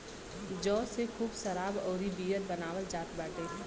जौ से खूब शराब अउरी बियर बनावल जात बाटे